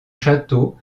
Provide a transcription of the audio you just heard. château